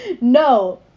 no